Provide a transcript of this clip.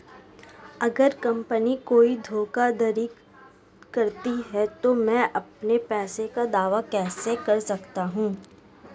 अगर कंपनी कोई धोखाधड़ी करती है तो मैं अपने पैसे का दावा कैसे कर सकता हूं?